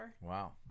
Wow